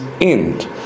end